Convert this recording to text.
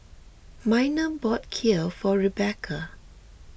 Miner bought Kheer for Rebekah